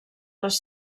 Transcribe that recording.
les